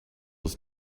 was